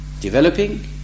developing